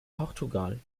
portugal